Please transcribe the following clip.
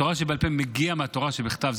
התורה שבעל פה מגיעה מהתורה שבכתב,